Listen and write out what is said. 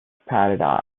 paradise